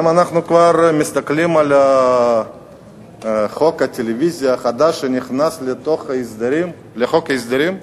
אם אנחנו כבר מסתכלים על חוק הטלוויזיה החדש שנכנס לחוק ההסדרים,